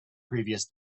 previous